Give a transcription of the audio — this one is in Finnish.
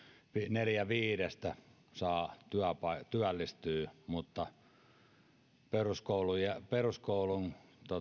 neljä viidestä työllistyy mutta peruskoulun